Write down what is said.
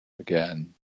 Again